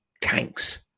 tanks